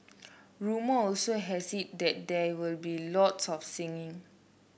rumour also has it that there will be lots of singing